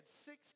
six